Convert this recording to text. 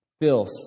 filth